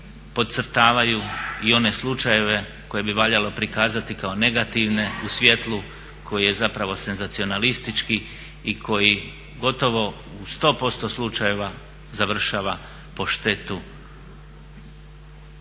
podcrtavaj i one slučajeve koje bi valjalo prikazati kao negativne u svjetlu koje je zapravo senzacionalistički i koji gotovo u 100% slučajeva završava po štetu